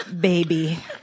baby